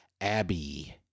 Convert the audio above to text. abby